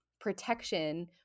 protection